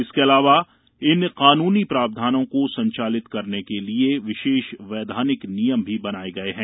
इसके अलावा इन कानूनी प्रावधानों को संचालित करने के लिए विशेष वैधानिक नियम भी बनाए गए हैं